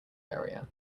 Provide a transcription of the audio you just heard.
area